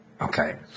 Okay